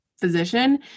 physician